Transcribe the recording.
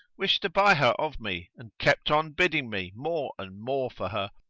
wished to buy her of me and kept on bidding me more and more for her,